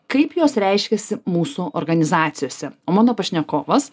kaip jos reiškiasi mūsų organizacijose o mano pašnekovas